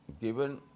given